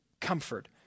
comfort